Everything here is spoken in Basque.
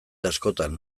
askotan